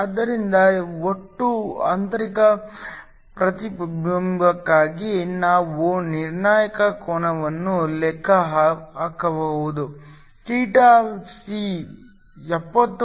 ಆದ್ದರಿಂದ ಒಟ್ಟು ಆಂತರಿಕ ಪ್ರತಿಬಿಂಬಕ್ಕಾಗಿ ನಾವು ನಿರ್ಣಾಯಕ ಕೋನವನ್ನು ಲೆಕ್ಕ ಹಾಕಬಹುದು ಥೀಟಾ c 70